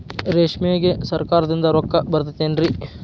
ರೇಷ್ಮೆಗೆ ಸರಕಾರದಿಂದ ರೊಕ್ಕ ಬರತೈತೇನ್ರಿ?